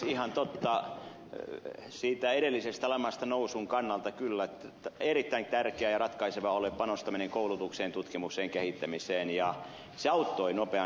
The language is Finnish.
ihan totta siitä edellisestä lamasta nousun kannalta kyllä erittäin tärkeää ja ratkaisevaa oli panostaminen koulutukseen tutkimukseen kehittämiseen ja se auttoi nopeaan nousuun